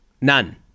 none